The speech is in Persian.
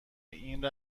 این